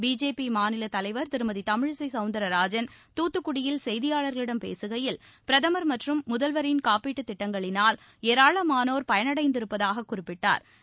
BJP மாநில தலைவர் திருமதி தமிழிசை சௌந்தர்ராஜன் தூத்துக்குடியில் செய்தியாளர்களிடம் பேசுகையில் பிரதம் மற்றும் முதல்வரின் காப்பீடு திட்டங்களினால் ஏராளமானோர் பயனடைந்திருப்பதாகக் குறிப்பிட்டா்